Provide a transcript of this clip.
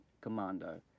commando